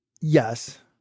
Yes